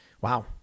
Wow